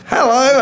Hello